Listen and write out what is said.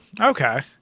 okay